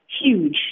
huge